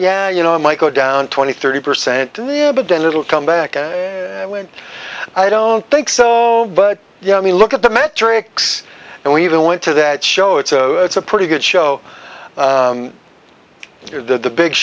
yeah you know i might go down twenty thirty percent but then it'll come back when i don't think so but yeah i mean look at the metrics and we even went to that show it's a it's a pretty good show you're the big